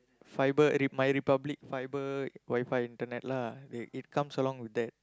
fibre Re~ My-Republic fibre WiFi internet lah it comes along with that